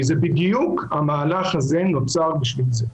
עדיין כמובן יש עוד הרבה מקום להשתפר,